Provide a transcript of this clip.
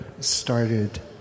started